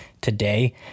today